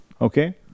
Okay